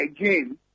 again